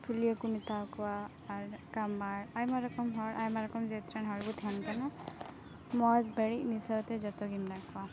ᱯᱩᱞᱭᱟᱹ ᱠᱚ ᱢᱮᱛᱟᱣᱟᱠᱚᱣᱟ ᱟᱨ ᱠᱟᱢᱟᱨ ᱟᱭᱢᱟ ᱨᱚᱠᱚᱢ ᱦᱚᱲ ᱟᱭᱢᱟ ᱨᱚᱠᱚᱢ ᱡᱟᱹᱛ ᱨᱮᱱ ᱦᱚᱲ ᱵᱚᱱ ᱛᱟᱦᱮᱱ ᱠᱟᱱᱟ ᱢᱚᱡᱽ ᱵᱟᱹᱲᱤᱡ ᱢᱤᱫ ᱥᱟᱶᱛᱮ ᱡᱚᱛᱚ ᱜᱮ ᱢᱮᱱᱟᱜ ᱠᱚᱣᱟ